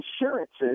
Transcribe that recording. insurances